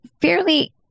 fairly